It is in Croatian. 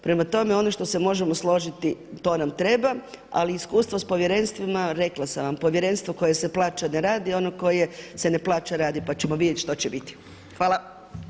Prema tome, ono što se možemo složiti to nam treba, ali iskustva s povjerenstvima, rekla sam vam, povjerenstvo koje se plaća ne radi, ono koje se ne plaća radi pa ćemo vidjeti što će biti.